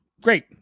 Great